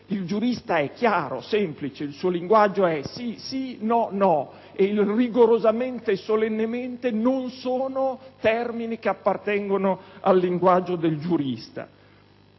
Il giurista è chiaro, semplice. Il suo linguaggio è «sì, sì; no, no»; il «rigorosamente» e «solennemente» non sono termini che appartengono al suo linguaggio. Poi,